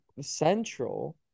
central